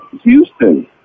Houston